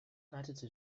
leitete